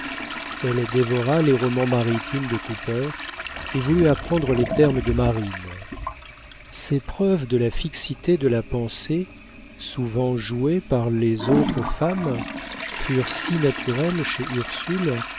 elle dévora les romans maritimes de cooper et voulut apprendre les termes de marine ces preuves de la fixité de la pensée souvent jouées par les autres femmes furent si naturelles chez ursule